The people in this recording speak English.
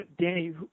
Danny